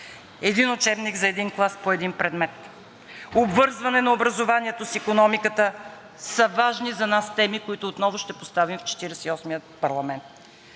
един учебник за един клас по един предмет, обвързване на образованието с икономиката са важни за нас теми, които отново ще поставим в Четиридесет